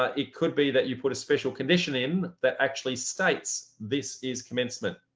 ah it could be that you put a special condition in that actually states this is commencement.